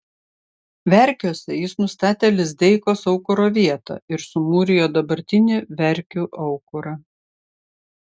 verkiuose jis nustatė lizdeikos aukuro vietą ir sumūrijo dabartinį verkių aukurą